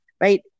right